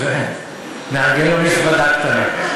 נארגן לו מזוודה קטנה.